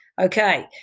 Okay